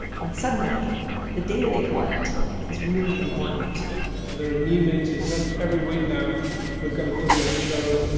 when suddenly the data they collect is really important so there are new meetings every every week. now we've got a w h o.